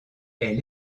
est